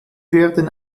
werden